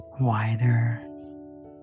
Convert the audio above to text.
wider